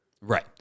right